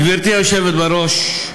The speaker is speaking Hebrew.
גברתי היושבת בראש,